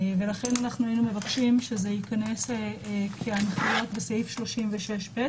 לכן היינו מבקשים שזה ייכנס כהנחיות בסעיף 36(ב).